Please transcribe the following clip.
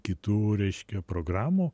kitų reiškia programų